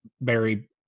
Barry